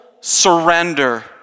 surrender